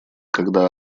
когда